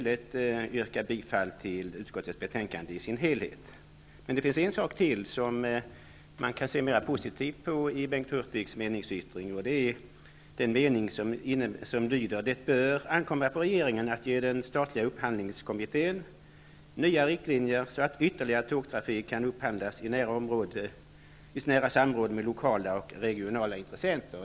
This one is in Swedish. Det finns emellertid en sak i Bengt Hurtigs meningsyttring som man kan se mer positivt på, nämligen den mening som lyder: ''Det bör ankomma på regeringen att ge den statliga upphandlingskommittén nya riktlinjer så att ytterligare tågtrafik kan upphandlas i nära samråd med lokala och regionala intressenter.''